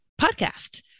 Podcast